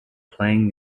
playing